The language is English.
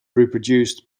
reproduced